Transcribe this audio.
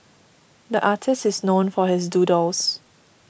the artist is known for his doodles